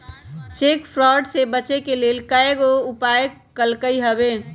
cheque fraud से बचे के लेल बैंकों कयगो उपाय कलकइ हबे